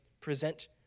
present